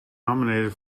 nominated